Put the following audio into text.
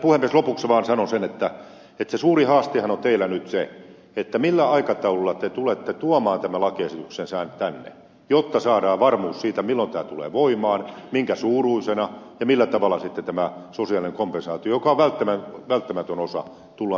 lopuksi vaan sanon sen että se suuri haastehan on teillä nyt se millä aikataululla te tulette tuomaan tämän lakiesityksen tänne jotta saadaan varmuus siitä milloin tämä tulee voimaan minkä suuruisena ja millä tavalla sitten tämä sosiaalinen kompensaatio joka on välttämätön osa tullaan sisällöllisesti ratkaisemaan